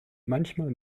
manchmal